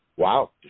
Wow